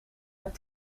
het